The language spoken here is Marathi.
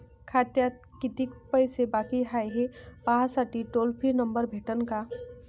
खात्यात कितीकं पैसे बाकी हाय, हे पाहासाठी टोल फ्री नंबर भेटन का?